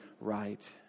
right